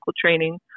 training